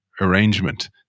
arrangement